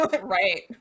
Right